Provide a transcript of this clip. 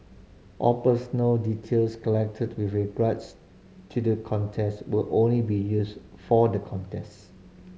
all personal details collected with regards to the contest will only be used for the contest